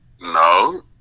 No